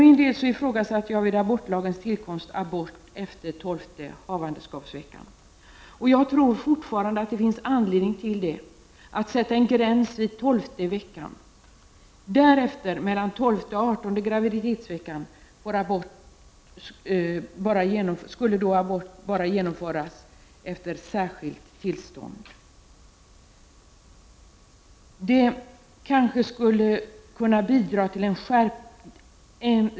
Jag ifrågasatte vid abortlagens tillkomst abort efter den tolfte havandeskapsveckan. Jag tror fortfarande att det finns anledning att sätta en gräns vid tolfte havandeskapsveckan. Därefter, mellan den tolfte och den artonde havandeskapsveckan, skulle abort få genomföras endast efter särskilt tillstånd.